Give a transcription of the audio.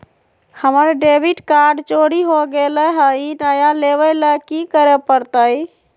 हमर debit card चोरी हो गेले हई, नया लेवे ल की करे पड़तई?